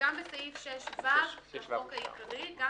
זה גם בסעיף 6ו לחוק העיקרי.